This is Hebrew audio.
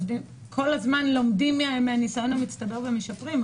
אנחנו כל הזמן לומדים מהניסיון המצטבר ומשפרים.